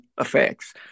effects